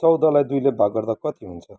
चौधलाई दुईले भाग गर्दा कति हुन्छ